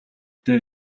дээ